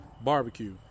barbecue